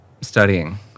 studying